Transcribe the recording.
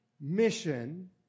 mission